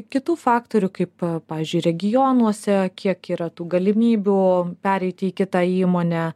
kitų faktorių kaip pavyzdžiui regionuose kiek yra tų galimybių pereiti į kitą įmonę